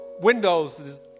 windows